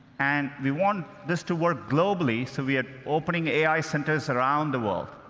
and we want this to work globally, so we are opening ai centers around the world.